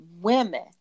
women